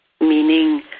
meaning